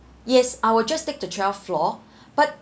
yes I will just stick to twelfth floor but